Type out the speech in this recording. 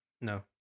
No